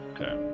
Okay